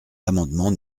l’amendement